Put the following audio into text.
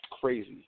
crazy